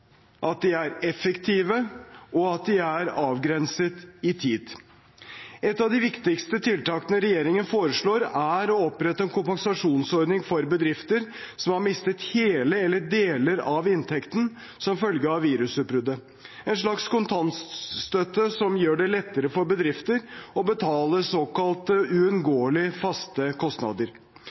at de er effektive, og at de er avgrenset i tid. Et av de viktigste tiltakene regjeringen foreslår, er å opprette en kompensasjonsordning for bedrifter som har mistet hele eller deler av inntekten som følge av virusutbruddet – en slags kontantstøtte som gjør det lettere for bedriftene å betale såkalte uunngåelige faste kostnader.